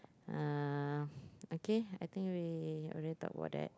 uh okay I think we already talk about that